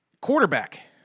Quarterback